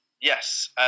Yes